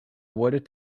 awarded